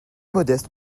modeste